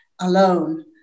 alone